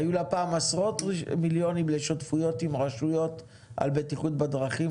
היו לה פעם עשרות מיליונים לשותפויות עם רשויות על בטיחות בדרכים,